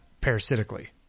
parasitically